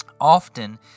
Often